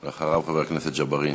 אחריו, חבר הכנסת ג'בארין.